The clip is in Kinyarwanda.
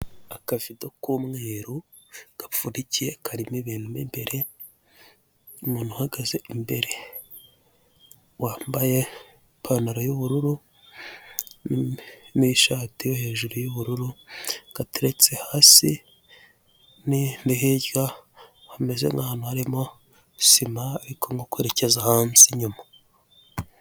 Akavudo k'umweru gapfundikiye karimo ibintu mo imbere, umuntu uhagaze imbere wambaye ipantaro y'ubururu n'ishati hejuru y'ubururu gateretse hasi ni hirya hameze nkahantu harimo sima ariko nko kwerekeza hanze nyuma.